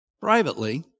privately